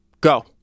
go